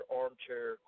armchair